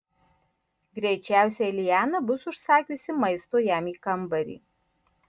greičiausiai liana bus užsakiusi maisto jam į kambarį